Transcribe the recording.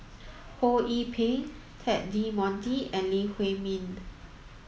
Ho Yee Ping Ted De Ponti and Lee Huei Min